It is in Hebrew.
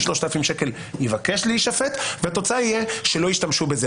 3,000 שקלים יבקש להישפט והתוצאה תהיה שלא ישתמשו בזה.